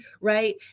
right